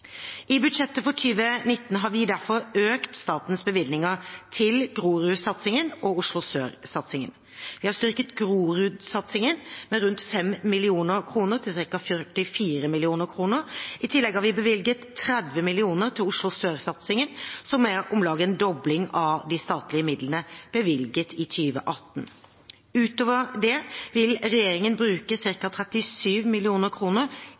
I budsjettet for 2019 har vi derfor økt statens bevilgninger til Groruddalssatsingen og Oslo sør-satsingen. Vi har styrket Groruddalssatsingen med rundt 5 mill. kr, til ca. 44 mill. kr. I tillegg har vi bevilget 30 mill. kr til Oslo sør-satsingen, som er om lag en dobling av de statlige midlene bevilget i 2018. Utover det vil regjeringen bruke